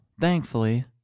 thankfully